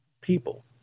people